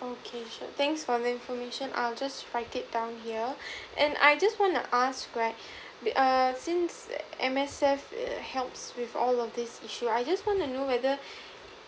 okay sure thanks for the information I'll just write it down here and I just wanna ask right err since M_S_F helps with all of this issue I just want to know whether